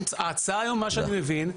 ההצעה היום, מה שאני מבין,